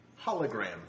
Hologram